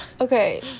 okay